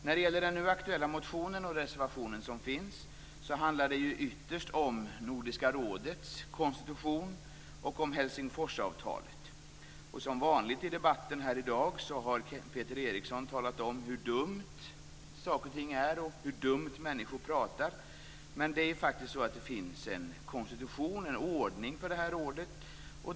När det gäller den nu aktuella motionen och den reservation som finns handlar det ytterst om Nordiska rådets konstitution och om Helsingforsavtalet. Som vanligt har Peter Eriksson i debatten här i dag talat om hur dumma saker och ting är och hur dumt människor pratar. Men det är faktiskt så att det finns en konstitution, en ordning, för det här rådet.